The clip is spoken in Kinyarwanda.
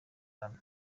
hano